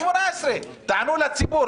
תענו לציבור,